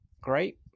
great